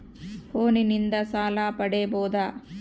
ಫೋನಿನಿಂದ ಸಾಲ ಪಡೇಬೋದ?